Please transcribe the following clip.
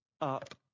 up